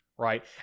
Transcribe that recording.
right